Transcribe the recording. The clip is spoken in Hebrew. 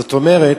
זאת אומרת,